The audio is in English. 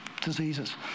diseases